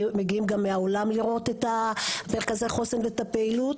מגיעים גם מהעולם לראות את מרכזי חוסן והפעילות.